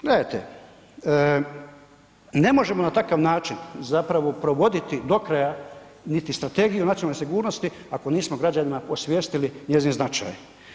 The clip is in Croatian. Gledajte ne možemo na takav način zapravo provoditi do kraja niti Strategiju nacionalne sigurnosti ako nismo građanima osvijestili njezin značaj.